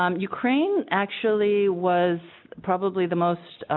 um ukraine actually was probably the most